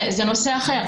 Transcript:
זה נושא אחר.